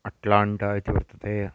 Atlanta इति वर्तते